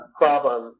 problem